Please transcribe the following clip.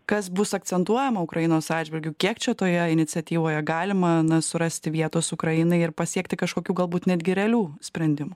kas bus akcentuojama ukrainos atžvilgiu kiek čia toje iniciatyvoje galima na surasti vietos ukrainai ir pasiekti kažkokių galbūt netgi realių sprendimų